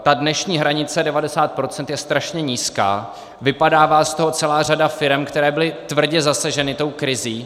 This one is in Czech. Ta dnešní hranice 90 % je strašně nízká, vypadává z toho celá řada firem, které byly tvrdě zasaženy tou krizí.